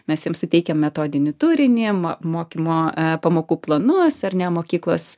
mes jiem suteikiam metodinį turinį mokymo pamokų planus ar ne mokyklos